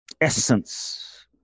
essence